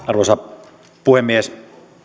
arvoisa puhemies